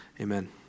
Amen